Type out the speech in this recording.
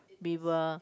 we will